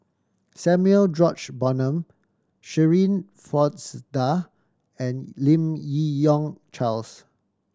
Samuel George Bonham Shirin Fozdar and Lim Yi Yong Charles